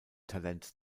talent